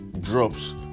drops